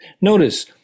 Notice